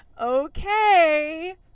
okay